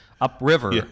upriver